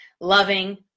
loving